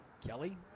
Kelly